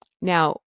Now